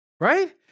right